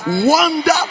wonder